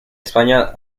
españa